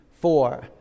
four